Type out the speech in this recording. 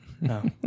No